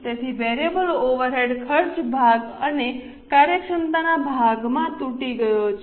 તેથી variable overhead ખર્ચ ભાગ અને કાર્યક્ષમતાના ભાગમાં તૂટી ગયો છે